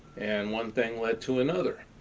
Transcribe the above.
and one thing led to another.